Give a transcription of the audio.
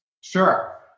Sure